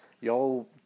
Y'all